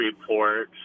report